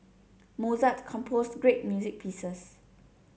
Mozart composed great music pieces